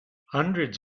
hundreds